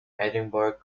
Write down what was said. edinburgh